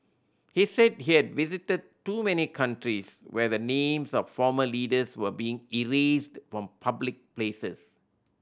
he said he had visited too many countries where the names of former leaders were being erased from public places